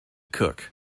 cook